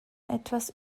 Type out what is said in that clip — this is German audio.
etwas